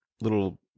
little